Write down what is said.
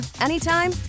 anytime